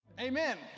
Amen